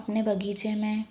अपने बगीचे में